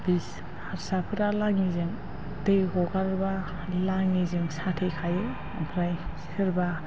हारसाफोरा लाङिजों दै हगारबा खालि लाङिजों साथेखायो ओमफ्राय सोरबा